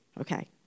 Okay